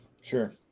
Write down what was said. Sure